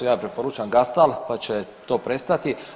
Ja joj preporučam Gastal, pa će to prestati.